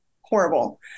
horrible